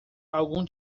algum